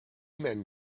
men